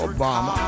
Obama